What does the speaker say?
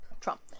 trump